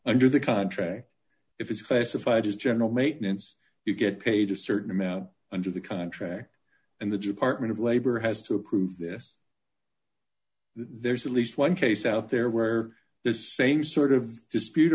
under the contract if it's classified as general maintenance you get paid a certain amount under the contract and the department of labor has to approve this there's at least one case out there where this same sort of dispute